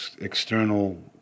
external